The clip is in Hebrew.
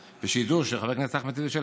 שידעו שחבר הכנסת אחמד טיבי שואל,